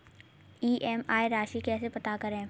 EMI राशि कैसे पता करें?